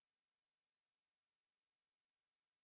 she she tell anything that I circle there